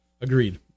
agreed